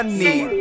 need